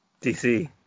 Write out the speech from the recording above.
DC